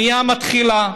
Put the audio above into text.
הבנייה מתחילה,